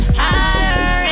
higher